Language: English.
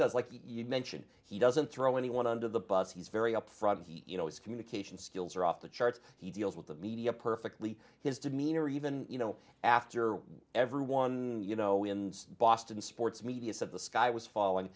does like you mention he doesn't throw anyone under the bus he's very upfront you know his communication skills are off the charts he deals with the media perfectly his demeanor even you know after everyone you know in boston sports media said the sky was falling